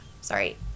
sorry